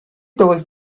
told